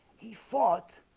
he fought?